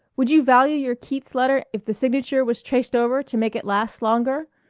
would you value your keats letter if the signature was traced over to make it last longer?